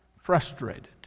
frustrated